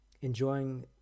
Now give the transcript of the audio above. enjoying